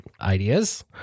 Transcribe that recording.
ideas